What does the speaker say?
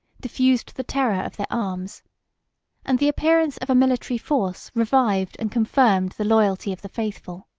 diffused the terror of their arms and the appearance of a military force revived and confirmed the loyalty of the faithful.